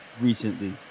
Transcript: recently